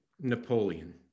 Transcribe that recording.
Napoleon